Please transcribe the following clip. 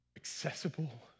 accessible